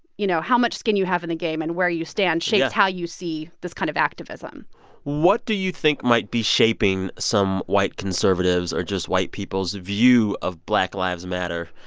you know, how much skin you have in the game and where you stand. yeah. shapes how you see this kind of activism what do you think might be shaping some white conservatives or just white people's view of black lives matter?